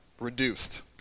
reduced